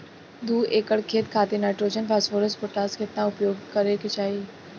दू एकड़ खेत खातिर नाइट्रोजन फास्फोरस पोटाश केतना उपयोग करे के चाहीं?